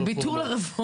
זה ביטול הרפורמה.